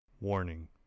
Warning